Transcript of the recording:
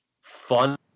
fun